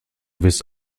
wirst